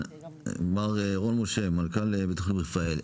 מר רון משה, מנכ"ל בית חולים רפאל.